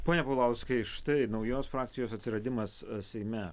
pone paulauskai štai naujos frakcijos atsiradimas seime